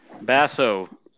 Basso